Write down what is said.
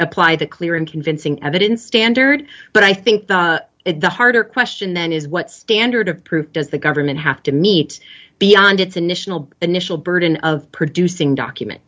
apply the clear and convincing evidence standard but i think it the harder question then is what standard of proof does the government have to meet beyond its initial initial burden of producing document